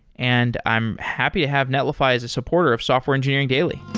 and i'm happy to have netlify as a supporter of software engineering daily